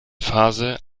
phase